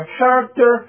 character